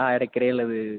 ആ എടക്കരയുള്ളത്